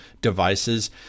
devices